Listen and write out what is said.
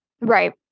Right